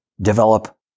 develop